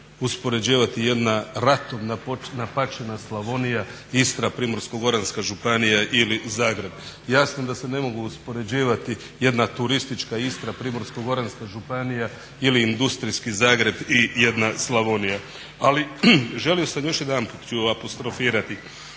uspoređivati jedna ratom napačena Slavonija, Istra, Primorsko-goranska županija ili Zagreb. Jasno da se ne mogu uspoređivati jedna turistička Istra, Primorsko-goranska županija ili industrijski Zagreb i jedna Slavonija. Ali želio sam još jedanput ću apostrofirati,